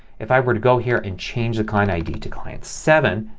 if i were to go here and change the client id to client seven